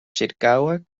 ĉirkaŭe